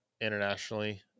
internationally